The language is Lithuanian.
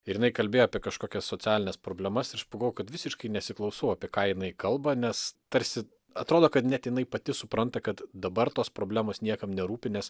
ir jinai kalbėjo apie kažkokias socialines problemas ir aš pagalvojau kad visiškai nesiklausau apie ką jinai kalba nes tarsi atrodo kad net jinai pati supranta kad dabar tos problemos niekam nerūpi nes